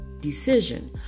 decision